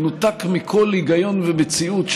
מנותק מכל היגיון ומציאות,